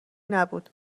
نبود